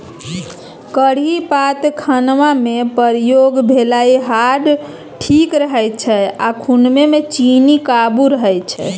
करी पात खानामे प्रयोग भेलासँ हार्ट ठीक रहै छै आ खुनमे चीन्नी काबू रहय छै